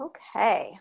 Okay